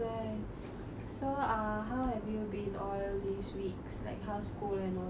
so err how have you been all these weeks like how's school and all that